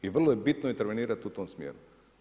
I vrlo je bitno intervenirati u tom smjeru.